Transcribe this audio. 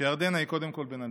שירדנה היא קודם כול בן אדם.